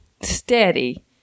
steady